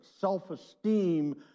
self-esteem